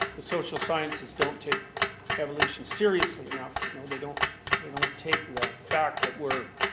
the social sciences don't take evolution seriously enough. you know they don't they don't take the fact that we're